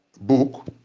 book